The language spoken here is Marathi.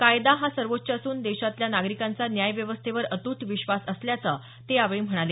कायदा हा सर्वोच्च असून देशातल्या नागरिकांचा न्याय व्यवस्थेवर अतूट विश्वास असल्याचं ते यावेळी म्हणाले